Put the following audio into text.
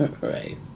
Right